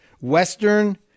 Western